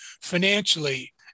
financially